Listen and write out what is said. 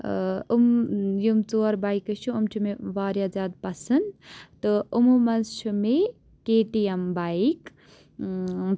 ٲں یِم یِم ژور بایکہٕ چھِ یِم چھِ مےٚ واریاہ زیادٕ پَسنٛد تہٕ یِمو منٛز چھِ مےٚ کے ٹی ایم بایِک